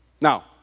Now